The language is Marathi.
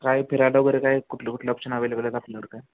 काय फिरायला वगैरे काय कुठलं कुठलं ऑप्शन अव्हेलेबल आहेत आपल्याकडं काय